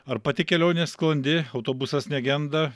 ar pati kelionė sklandi autobusas negenda